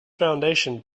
foundation